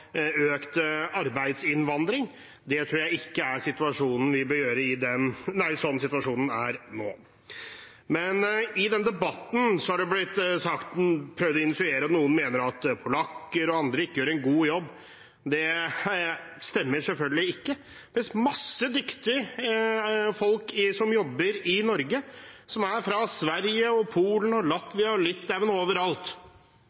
økt arbeidsinnvandring, tror jeg ikke er noe vi bør gjøre slik som situasjonen er nå. I debatten er det noen som har insinuert at polakker og andre ikke gjør en god jobb. Det stemmer selvfølgelig ikke. Det er mange dyktige folk som jobber i Norge, som er fra Sverige, Polen, Latvia og Litauen – overalt. Det er bra. Det er mange dyktige arbeidsfolk som gjør en god jobb i Norge, og